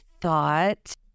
thought